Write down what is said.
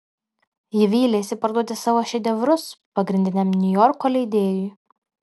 ji vylėsi parduoti savo šedevrus pagrindiniam niujorko leidėjui